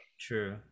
True